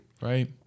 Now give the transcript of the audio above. Right